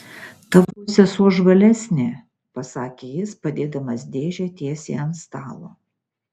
tavo sesuo žvalesnė pasakė jis padėdamas dėžę tiesiai ant stalo